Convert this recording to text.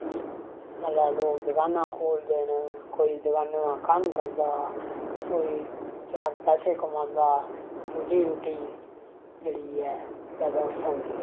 मतलै लोक दकाना खोलदे न कोई दकाने दा कम्म करदा कोई चार पैसे कमांदा रोजी रुट्टी जाह्ड़ी ऐ पैदा होई सकदी ऐ